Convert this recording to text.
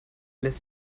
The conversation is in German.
lässt